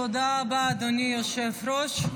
תודה רבה, אדוני היושב-ראש.